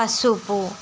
పసుపు